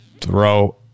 throw